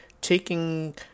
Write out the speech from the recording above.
taking